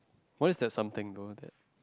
what if there's something though that